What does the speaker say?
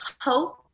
hope